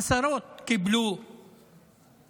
עשרות קיבלו התראות